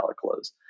close